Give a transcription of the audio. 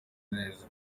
neza